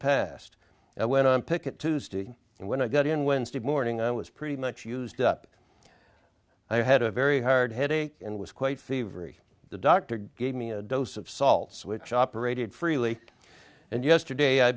past and went on picket tuesday and when i got in wednesday morning i was pretty much used up i had a very hard headache and was quite fevery the doctor gave me a dose of salts which operated freely and yesterday i